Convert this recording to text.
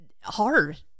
hard